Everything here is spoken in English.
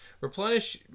Replenish